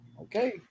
Okay